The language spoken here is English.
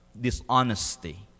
dishonesty